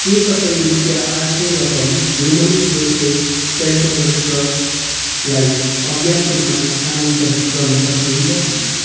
के तपाईँ रुपियाँ आठ सय रकम ह्युमेन वेलफेयर च्यारिटेबल ट्रस्टलाई अज्ञात रूपमा स्थानान्तर गर्न सक्नु हुन्छ